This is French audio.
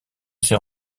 ces